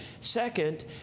Second